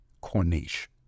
Corniche